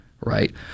right